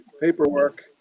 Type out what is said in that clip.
paperwork